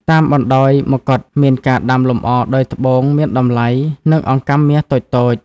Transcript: តាមបណ្តោយមកុដ មានការដាំលម្អដោយត្បូងមានតម្លៃ និងអង្កាំមាសតូចៗ។